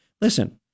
Listen